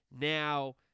Now